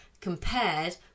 compared